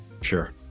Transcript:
Sure